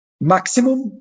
Maximum